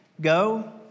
Go